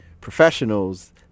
professionals